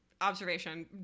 observation